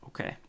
Okay